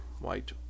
white